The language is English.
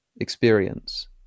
experience